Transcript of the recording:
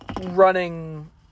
running